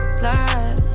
slide